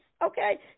Okay